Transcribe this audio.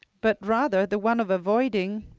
but rather the one of avoiding